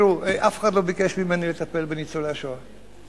תראו, אף אחד לא ביקש ממני לטפל בניצולי השואה.